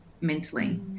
mentally